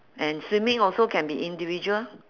and swimming also can be individual